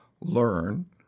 learn